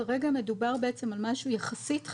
כרגע מדובר בעצם על משהו יחסית חדש.